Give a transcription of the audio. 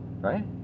right